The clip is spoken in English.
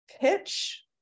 pitch